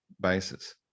basis